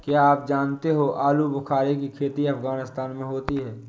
क्या आप जानते हो आलूबुखारे की खेती अफगानिस्तान में होती है